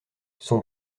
son